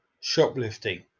shoplifting